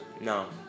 No